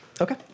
Okay